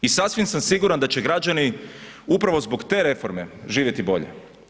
I sasvim sam siguran da će građani upravo zbog te reforme živjeti bolje.